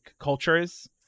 cultures